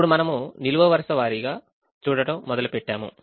ఇప్పుడు మనము నిలువు వరుస వారీగా చూడటం మొదలుపెట్టాము